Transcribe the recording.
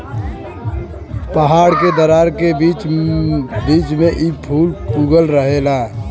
पहाड़ के दरार के बीच बीच में इ फूल उगल रहेला